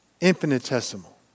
infinitesimal